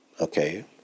Okay